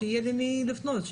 שיהיה למי לפנות,